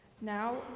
Now